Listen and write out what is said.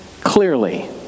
clearly